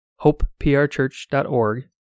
hopeprchurch.org